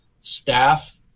staff